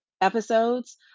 episodes